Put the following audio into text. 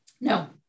No